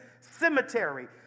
cemetery